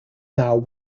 now